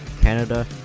Canada